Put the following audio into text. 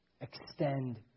extend